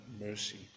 mercy